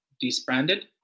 disbanded